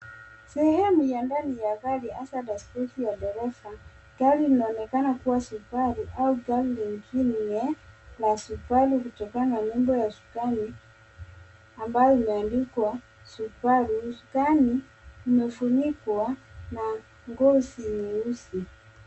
Sehemu ya ndani ya gari hasa dashibodi ya dereva. Gari inaonekana kuwa Subaru au gari lingine la Subaru kutokana na nembo ya usukani ambayo imeandikwa subaru . SUBARU imefunikwa na ngozi nyeusi.